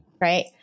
Right